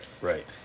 right